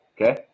Okay